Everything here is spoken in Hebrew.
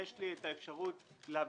A.S. (טורקיה) 0.25 İZMIR ÇIMENTO FABRIKASI TÜRK A.S,